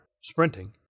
sprinting